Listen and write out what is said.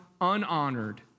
unhonored